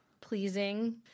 pleasing